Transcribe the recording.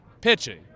pitching